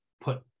put